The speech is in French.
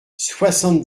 soixante